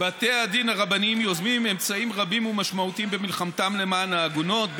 בתי הדין הרבניים יוזמים אמצעים רבים ומשמעותיים במלחמתם למען העגונות,